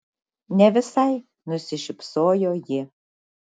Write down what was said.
ne visai nusišypsojo ji